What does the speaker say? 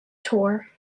tour